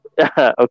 Okay